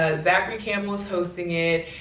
ah zachary campbell is hosting it,